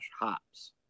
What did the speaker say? hops